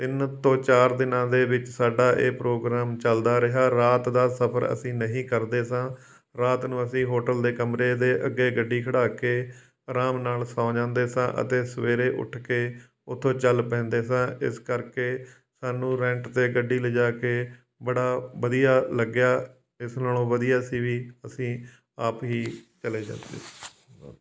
ਤਿੰਨ ਤੋਂ ਚਾਰ ਦਿਨਾਂ ਦੇ ਵਿੱਚ ਸਾਡਾ ਇਹ ਪ੍ਰੋਗਰਾਮ ਚੱਲਦਾ ਰਿਹਾ ਰਾਤ ਦਾ ਸਫਰ ਅਸੀਂ ਨਹੀਂ ਕਰਦੇ ਸਾਂ ਰਾਤ ਨੂੰ ਅਸੀਂ ਹੋਟਲ ਦੇ ਕਮਰੇ ਦੇ ਅੱਗੇ ਗੱਡੀ ਖੜ੍ਹਾ ਕੇ ਆਰਾਮ ਨਾਲ ਸੌਂ ਜਾਂਦੇ ਸਾਂ ਅਤੇ ਸਵੇਰੇ ਉੱਠ ਕੇ ਉੱਥੋਂ ਚੱਲ ਪੈਂਦੇ ਸਾਂ ਇਸ ਕਰਕੇ ਸਾਨੂੰ ਰੈਂਟ 'ਤੇ ਗੱਡੀ ਲਿਜਾ ਕੇ ਬੜਾ ਵਧੀਆ ਲੱਗਿਆ ਇਸ ਨਾਲੋਂ ਵਧੀਆ ਸੀ ਵੀ ਅਸੀਂ ਆਪ ਹੀ ਚਲੇ ਜਾਂਦੇ